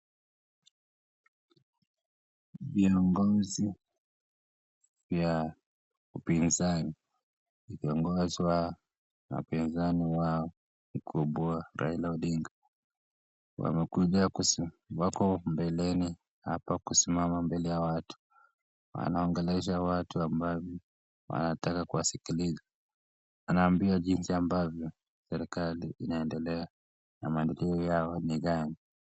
Viongozi vya upinzani wakiongozwa na mpinzani wao mkubwa Raila Odinga. Wamekuja kusi... Wako mbeleni hapa kusimama mbele ya watu. Wanaongelesha watu ambao wanataka kuwasikiliza. Anawaambia jinsi ambavyo serikali inaendelea na maendeleo yao ni gani.